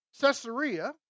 Caesarea